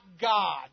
God